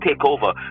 takeover